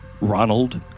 Ronald